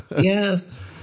Yes